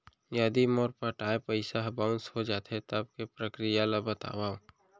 यदि मोर पटाय पइसा ह बाउंस हो जाथे, तब के प्रक्रिया ला बतावव